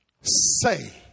Say